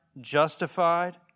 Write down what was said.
justified